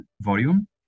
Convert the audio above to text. volume